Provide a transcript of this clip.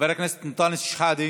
חבר הכנסת אנטאנס שחאדה,